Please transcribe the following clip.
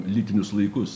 lydinius laikus